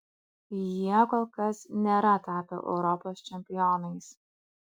jie kol kas nėra tapę europos čempionais